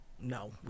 no